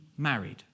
married